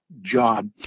job